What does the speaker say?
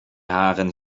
haren